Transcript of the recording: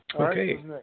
Okay